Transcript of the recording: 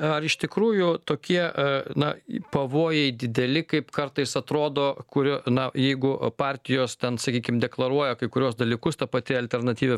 ar iš tikrųjų tokie a na pavojai dideli kaip kartais atrodo kurio na jeigu partijos ten sakykim deklaruoja kai kuriuos dalykus ta pati alternatyvia